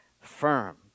firm